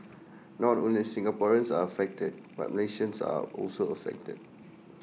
not only Singaporeans are affected but Malaysians are also affected